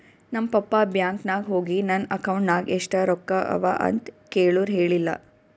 ನಮ್ ಪಪ್ಪಾ ಬ್ಯಾಂಕ್ ನಾಗ್ ಹೋಗಿ ನನ್ ಅಕೌಂಟ್ ನಾಗ್ ಎಷ್ಟ ರೊಕ್ಕಾ ಅವಾ ಅಂತ್ ಕೇಳುರ್ ಹೇಳಿಲ್ಲ